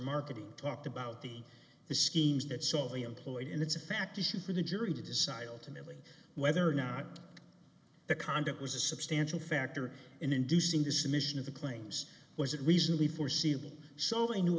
marketing talked about the schemes that so many employed and it's a fact issue for the jury to decide ultimately whether or not the conduct was a substantial factor in inducing this emission of the claims was it reasonably foreseeable so they knew